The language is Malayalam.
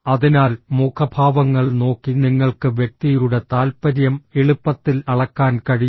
അതിനാൽ മുഖഭാവങ്ങൾ നോക്കി നിങ്ങൾക്ക് വ്യക്തിയുടെ താൽപ്പര്യം എളുപ്പത്തിൽ അളക്കാൻ കഴിയും